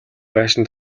байшин